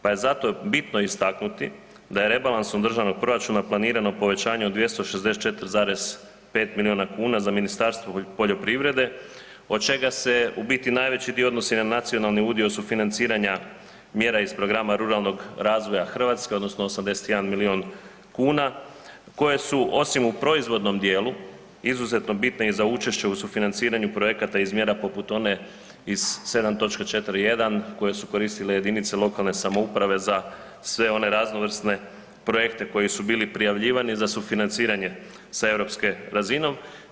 Pa je zato bitno istaknuti da je rebalansom državnog proračuna planirano povećanje od 264,5 milijuna kuna za Ministarstvo poljoprivrede od čega se u biti najveći dio odnosi na nacionalni udio sufinanciranja mjera iz Programa Ruralnog razvoja Hrvatske odnosno 81 milijun kuna koje su osim u proizvodnom dijelu izuzetno bitne i za učešće u sufinanciranju projekata iz mjera poput one iz 7.4.1 koje su koristile jedinice lokalne samouprave za sve one raznovrsne projekte koje su bili prijavljivani za sufinanciranje sa europske razine.